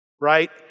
right